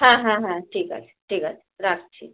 হ্যাঁ হ্যাঁ হ্যাঁ ঠিক আছে ঠিক আছে রাখছি